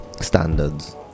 standards